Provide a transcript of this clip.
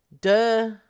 Duh